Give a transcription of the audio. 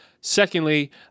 Secondly